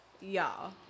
y'all